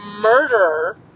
murderer